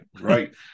Right